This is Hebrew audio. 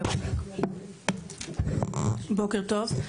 בוקר טוב.